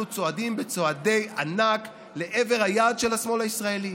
אנחנו צועדים בצעדי ענק לעבר היעד של השמאל הישראלי: